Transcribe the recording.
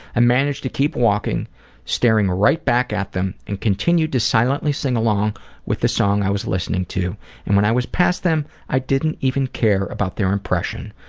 managed to keep walking staring right back at them and continued to silently sing along to the song i was listening to and when i was past them i didn't even care about their impression.